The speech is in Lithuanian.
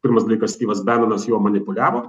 pirmas dalykas styvas bemenas juo manipuliavo